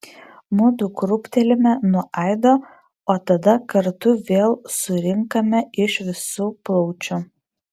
mudu krūptelime nuo aido o tada kartu vėl surinkame iš visų plaučių